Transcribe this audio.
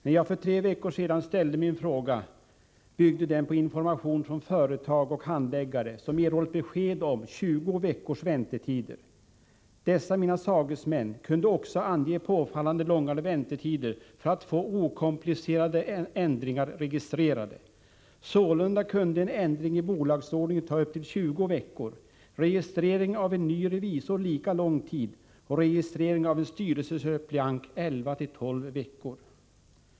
När jag för tre veckor sedan ställde min fråga byggde den på information från företag och handläggare som erhållit besked om 20 veckors väntetider. Dessa mina sagesmän kunde också ange påfallande långa väntetider för att få okomplicerade ändringar registrerade. Sålunda kunde en ändring i bolagsordningen ta upp till 20 veckor, registrering av en ny revisor lika lång tid och registrering av en styrelsesuppleant 11-12 veckor.